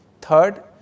Third